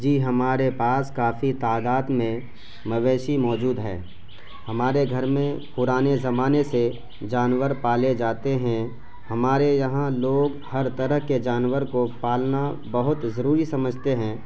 جی ہمارے پاس کافی تعداد میں مویشی موجود ہے ہمارے گھر میں پرانے زمانے سے جانور پالے جاتے ہیں ہمارے یہاں لوگ ہر طرح کے جانور کو پالنا بہت ضروری سمجھتے ہیں